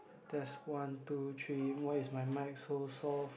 test one two three why is my mic so soft